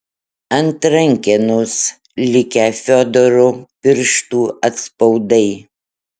ant rankenos likę fiodoro pirštų atspaudai